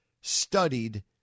studied